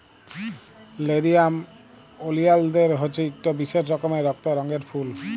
লেরিয়াম ওলিয়ালদের হছে ইকট বিশেষ রকমের রক্ত রঙের ফুল